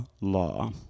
law